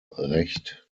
recht